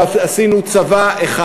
ועשינו צבא אחד.